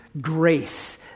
grace